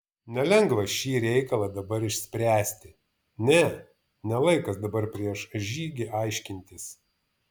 nelengva šį reikalą dabar išspręsti ne ne laikas dabar prieš žygį aiškintis